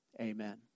Amen